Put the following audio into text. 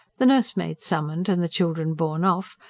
the nursemaid summoned and the children borne off,